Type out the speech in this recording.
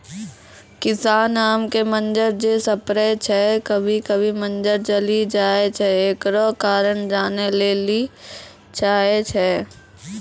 किसान आम के मंजर जे स्प्रे छैय कभी कभी मंजर जली जाय छैय, एकरो कारण जाने ली चाहेय छैय?